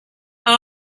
how